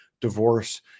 divorce